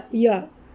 ya